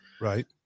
right